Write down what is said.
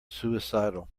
suicidal